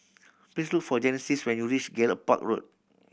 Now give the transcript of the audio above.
please look for Genesis when you reach Gallop Park Road